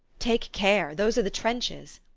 take care those are the trenches!